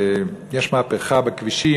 יש מהפכה בכבישים,